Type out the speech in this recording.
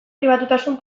pribatutasun